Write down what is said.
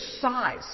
size